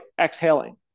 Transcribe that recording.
exhaling